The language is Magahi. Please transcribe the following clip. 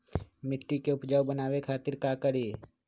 मिट्टी के उपजाऊ बनावे खातिर का करी?